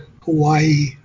Hawaii